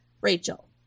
Rachel